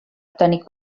obtenir